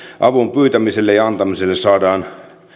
avun pyytämiselle ja antamiselle saadaan